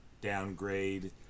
downgrade